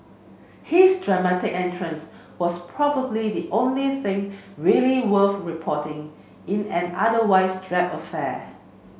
his dramatic entrance was probably the only thing really worth reporting in an otherwise drab affair